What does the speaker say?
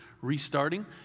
restarting